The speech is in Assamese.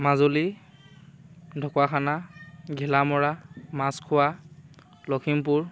মাজুলী ঢকুৱাখানা ঘিলামৰা মাছখোৱা লখিমপুৰ